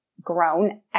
grown